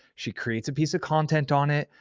she creates a piece of content on it,